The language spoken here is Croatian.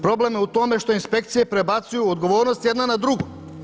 Problem je u tome što inspekcije prebacuju odgovornost jedna na drugu.